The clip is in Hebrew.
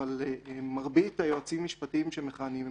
אבל מרבית היועצים המשפטיים שמכהנים הם